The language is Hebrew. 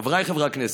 חבריי חברי הכנסת,